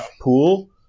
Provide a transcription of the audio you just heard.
pool